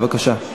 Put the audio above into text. בבקשה.